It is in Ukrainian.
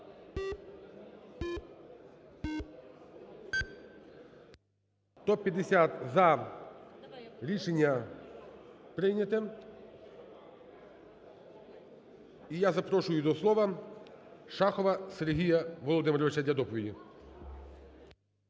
150 – за. Рішення прийняте. І я запрошую до слова Шахова Сергія Володимировича для доповіді.